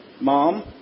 mom